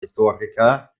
historiker